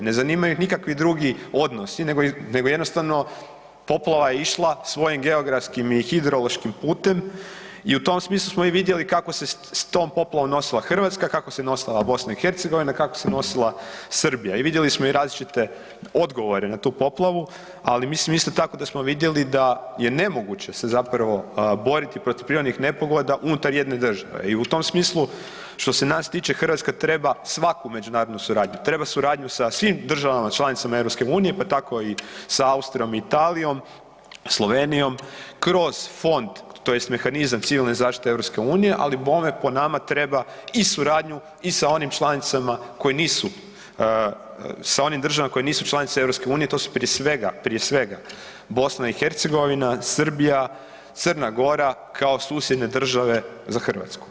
Ne zanimaju ih nikakvi drugi odnosi nego jednostavno poplava je išla svojim geografskim i hidrološkim putem i u tom smislu smo i vidjeli kako se s tom poplavom nosila Hrvatska, kako se nosila BiH, kako se nosila Srbija i vidjeli smo i različite odgovore na tu poplavu, ali mislim isto tako da smo vidjeli da je nemoguće se zapravo boriti protiv prirodnih nepogoda unutar jedne države, i u tom smislu što se nas tiče Hrvatska treba svaku međunarodnu suradnju, treba suradnju sa svim državama članicama Europske unije pa tako i sa Austrijom, Italijom, Slovenijom kroz Fond to jest mehanizam civilne zaštite Europske unije, ali bome po nama treba i suradnju i sa onim članicama koje nisu, sa onim državama koje nisu članice Europske unije, to su prije svega, prije svega Bosna i Hercegovina, Srbija, Crna Gora kao susjedne države za Hrvatsku.